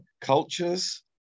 cultures